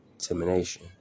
intimidation